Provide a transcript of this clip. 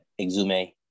Exume